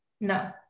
no